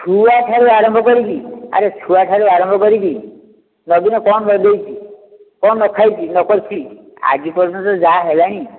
ଛୁଆଠାରୁ ଆରମ୍ଭ କରିକି ଆରେ ଛୁଆଠାରୁ ଆରମ୍ଭ କରିକି ନବୀନ କ'ଣ ନ ଦେଇଛି କ'ଣ ନ ଖାଇଛି କ'ଣ ନ କରିଛି ଆଜି ପର୍ଯ୍ୟନ୍ତ ଯାହା ହେଲାଣି